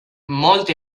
molt